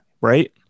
Right